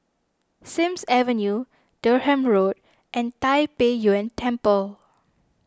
Sims Avenue Durham Road and Tai Pei Yuen Temple